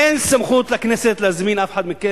אין סמכות לכנסת להזמין אף אחד מכם,